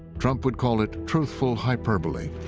trump would call it truthful hyperbole.